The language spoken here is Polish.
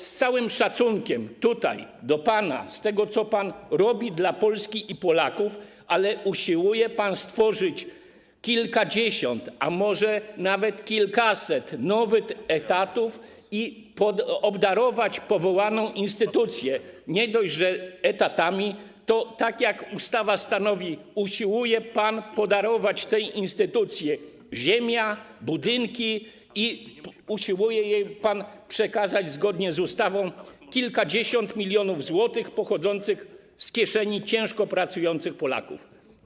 Z całym szacunkiem dla pana, dla tego, co pan robi dla Polski i Polaków, ale usiłuje pan stworzyć kilkadziesiąt, a może nawet kilkaset nowych etatów i obdarować powołaną instytucję nie dość, że etatami, to - tak jak ustawa stanowi - usiłuje pan podarować tej instytucji ziemię, budynki i usiłuje pan przekazać jej zgodnie z ustawą kilkadziesiąt milionów złotych pochodzących z kieszeni ciężko pracujących Polaków.